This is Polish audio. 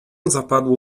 zapadło